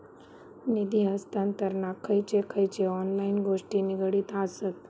निधी हस्तांतरणाक खयचे खयचे ऑनलाइन गोष्टी निगडीत आसत?